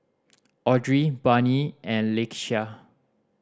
Audry Barnie and Lakeshia